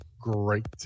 great